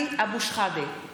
סמי אבו שחאדה,